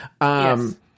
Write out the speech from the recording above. Yes